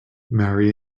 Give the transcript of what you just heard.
marry